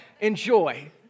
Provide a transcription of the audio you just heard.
enjoy